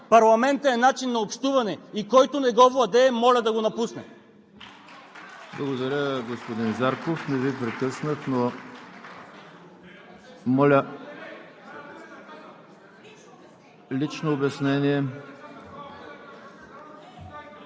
Парламентът е начин на общуване и който не го владее, моля да го напусне.